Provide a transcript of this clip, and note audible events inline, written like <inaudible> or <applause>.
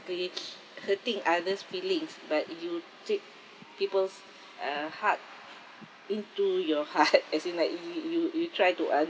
hurting others feelings but you take people's uh heart into your heart <laughs> as in like you you you try to